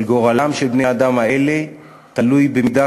אבל גורלם של בני-האדם האלה תלוי במידה